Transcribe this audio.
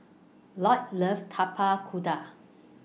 Lloyd loves Tapak Kuda